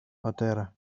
πατέρα